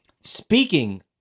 speaking